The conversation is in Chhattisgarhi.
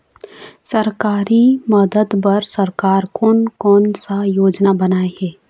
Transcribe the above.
सरकारी मदद बर सरकार कोन कौन सा योजना बनाए हे?